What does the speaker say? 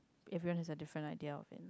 if you want to have different idea of it